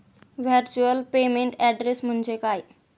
Virtual payment address म्हणजे काय?